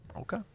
Okay